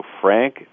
frank